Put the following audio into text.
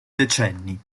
decenni